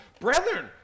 Brethren